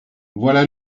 voilà